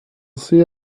see